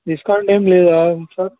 discount ఏం లేదా sir